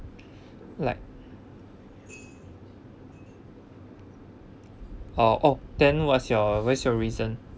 like ah oh then what's your what is your reason